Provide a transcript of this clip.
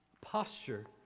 Posture